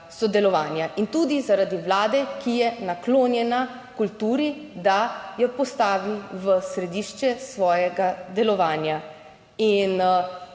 sodelovanja in tudi zaradi Vlade, ki je naklonjena kulturi, da jo postavi v središče svojega delovanja in